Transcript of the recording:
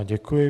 Děkuji.